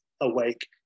awake